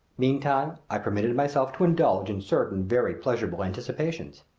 meantime i permitted myself to indulge in certain very pleasurable anticipations.